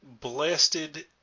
blasted